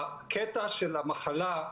הקטע של המחלה,